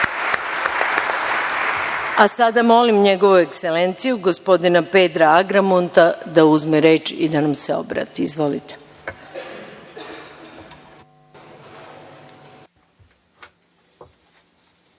molim Njegovu Ekselenciju gospodina Pedra Agramunta da uzme reč i da nam se obrati. Izvolite.